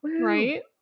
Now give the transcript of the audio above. Right